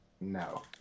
No